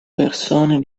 persone